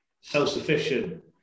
self-sufficient